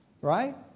right